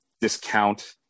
discount